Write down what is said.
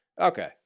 Okay